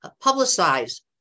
publicize